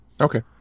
Okay